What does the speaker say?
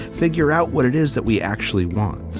figure out what it is that we actually want.